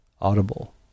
audible